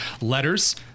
letters